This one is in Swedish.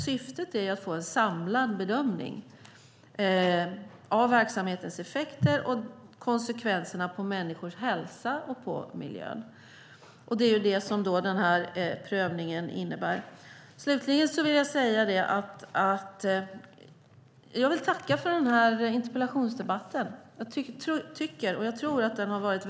Syftet är att få en samlad bedömning av verksamhetens effekter och av konsekvenserna på människors hälsa och på miljön. Det är det denna prövning innebär. Slutligen vill jag tacka för en viktig interpellationsdebatt.